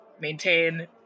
maintain